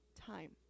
time